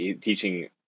teaching